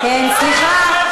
סליחה,